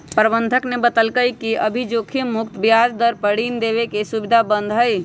प्रबंधक ने बतल कई कि अभी जोखिम मुक्त ब्याज दर पर ऋण देवे के सुविधा बंद हई